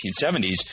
1970s